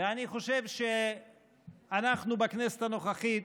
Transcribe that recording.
ואני חושב שאנחנו בכנסת הנוכחית,